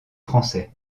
français